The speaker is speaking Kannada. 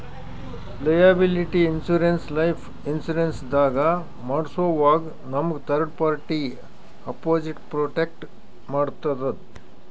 ಲಯಾಬಿಲಿಟಿ ಇನ್ಶೂರೆನ್ಸ್ ಲೈಫ್ ಇನ್ಶೂರೆನ್ಸ್ ದಾಗ್ ಮಾಡ್ಸೋವಾಗ್ ನಮ್ಗ್ ಥರ್ಡ್ ಪಾರ್ಟಿ ಅಪೊಸಿಟ್ ಪ್ರೊಟೆಕ್ಟ್ ಮಾಡ್ತದ್